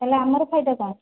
ହେଲେ ଆମର ଫାଇଦା କ'ଣ